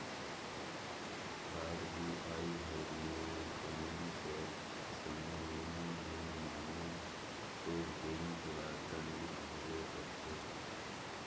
RBI हर नियम कानून कर संघे नियम नी माने ते बेंक ल दंडित घलो करथे